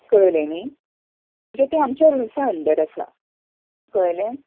कळ्ळें न्ही जें तें आमच्या रुल्सा अंडर आसा कळ्ळें